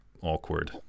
awkward